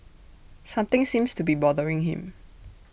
something seems to be bothering him